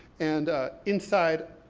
and inside,